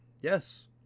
yes